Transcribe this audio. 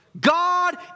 God